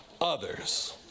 others